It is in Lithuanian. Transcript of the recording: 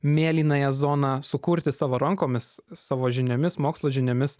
mėlynąją zoną sukurti savo rankomis savo žiniomis mokslo žiniomis